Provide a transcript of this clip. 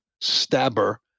stabber